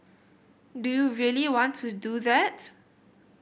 do you really want to do that